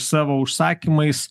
savo užsakymais